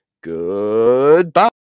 Goodbye